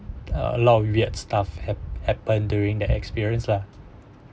a lot of weird stuff ha~ happened during the experience lah